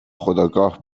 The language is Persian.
خودآگاه